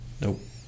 Nope